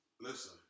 listen